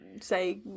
say